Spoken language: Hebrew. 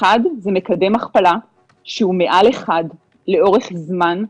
אחד, מקדם הכפלה שהוא מעל אחד לאורך זמן.